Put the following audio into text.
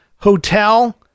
hotel